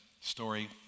story